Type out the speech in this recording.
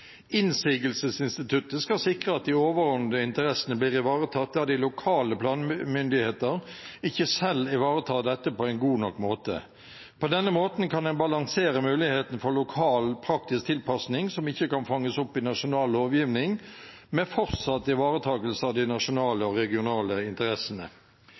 Innsigelsesinstituttet skal sikre at de overordnede interessene blir ivaretatt der de lokale planmyndigheter ikke selv ivaretar dette på en god nok måte. På denne måten kan en balansere muligheten for lokal praktisk tilpasning som ikke kan fanges opp i nasjonal lovgivning, med fortsatt ivaretakelse av de nasjonale og regionale interessene.